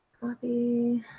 Copy